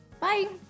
bye